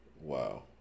Wow